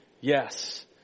Yes